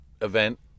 event